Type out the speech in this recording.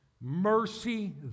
Mercy